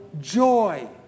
joy